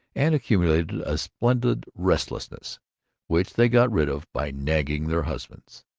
and accumulated a splendid restlessness which they got rid of by nagging their husbands.